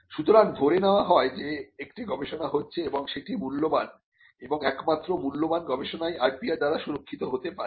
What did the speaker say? সুতরাং ধরে নেওয়া হয় যে একটি গবেষণা হচ্ছে এবং সেটা মূল্যবান এবং একমাত্র মূল্যবান গবেষণাই IPR দ্বারা সুরক্ষিত হতে পারে